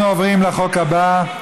אנחנו עוברים לחוק הבא.